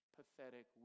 pathetic